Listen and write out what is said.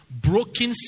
broken